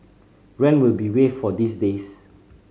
rent will be waived for these days